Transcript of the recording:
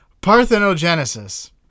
parthenogenesis